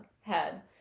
head